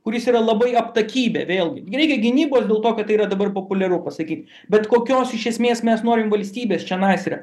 kuris yra labai aptakybė vėl gi reikia gynybos dėl to kad tai yra dabar populiaru pasakyti bet kokios iš esmės mes norim valstybės čianais yra